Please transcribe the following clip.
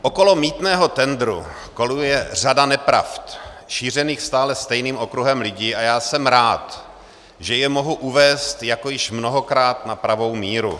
Okolo mýtného tendru koluje řada nepravd šířených stále stejným okruhem lidí, a já jsem rád, že je mohu uvést, jako již mnohokrát, na pravou míru.